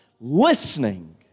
listening